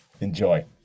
Enjoy